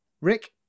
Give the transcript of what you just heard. Rick